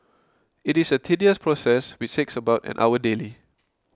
it is a tedious process which takes about an hour daily